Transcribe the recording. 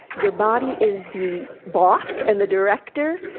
your body is the boss and the director,